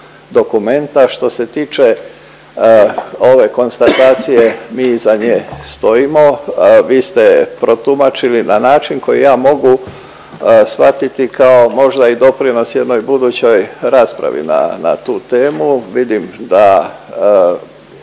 dokumenta. Što se tiče ove konstatacije, mi iza nje stojimo, vi ste protumačili na način koji ja mogu shvatiti kao možda i doprinos jednoj budućoj raspravi na, na tu temu. Vidim da